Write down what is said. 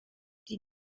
die